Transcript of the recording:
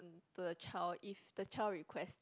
to the child if the child request